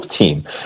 team